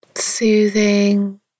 Soothing